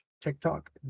TikTok